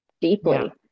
deeply